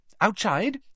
Outside